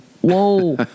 Whoa